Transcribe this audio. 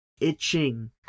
itching